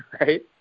right